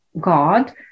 God